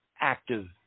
active